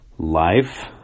Life